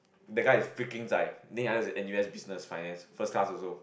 the guy is freaking zai then the other is N_U_S business finance first class also